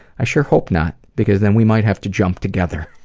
i sure hope not, because then we might have to jump together.